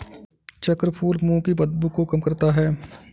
चक्रफूल मुंह की बदबू को कम करता है